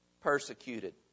Persecuted